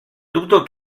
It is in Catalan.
dubto